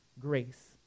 grace